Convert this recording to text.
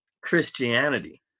Christianity